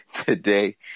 today